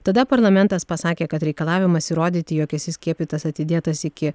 tada parlamentas pasakė kad reikalavimas įrodyti jog esi skiepytas atidėtas iki